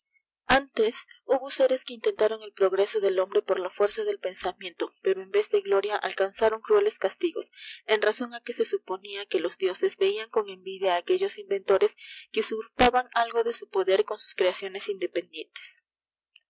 antes hubo aéres que intentaron el progreso del hombre por la fuerza del pensamiento pero en vez de gloria alcanzaron crueles castigos en razon á que se suponia que los dioses veian con envidia á aquellos inventores que usurpaban algo de su poder con sus creaciones independientes